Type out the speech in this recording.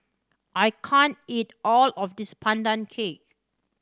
I can't eat all of this Pandan Cake